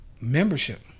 membership